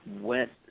went